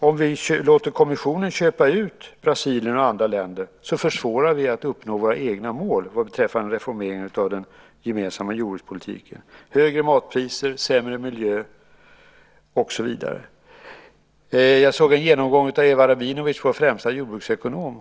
Om vi låter kommissionen köpa ut Brasilien och andra länder försvårar vi när det gäller att uppnå våra egna mål vad beträffar en reformering av den gemensamma jordbrukspolitiken. Det blir högre matpriser, sämre miljö och så vidare. Jag såg en genomgång gjord av Ewa Rabinowicz, vår främsta jordbruksekonom.